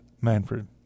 Manfred